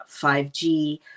5G